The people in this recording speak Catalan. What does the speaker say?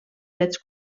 fets